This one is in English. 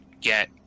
Get